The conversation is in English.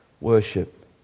worship